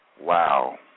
Wow